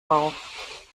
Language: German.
bauch